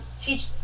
teach